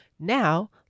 Now